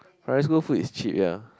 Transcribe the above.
primary school food is cheap ya